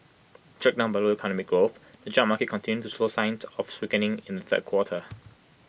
dragged down by low economic growth the job market continued to show signs of weakening in the third quarter